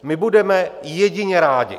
My budeme jedině rádi.